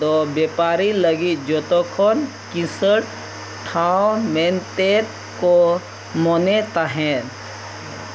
ᱫᱚ ᱵᱮᱯᱟᱨᱤ ᱞᱟᱹᱜᱤᱫ ᱡᱚᱛᱚ ᱠᱷᱚᱱ ᱠᱤᱥᱟᱹᱬ ᱴᱷᱟᱶ ᱢᱮᱱᱛᱮᱫ ᱠᱚ ᱢᱚᱱᱮ ᱛᱟᱦᱮᱸᱫ